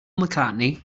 mccartney